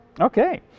Okay